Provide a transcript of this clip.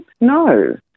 No